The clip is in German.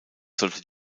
sollte